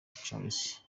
charles